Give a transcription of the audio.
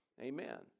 Amen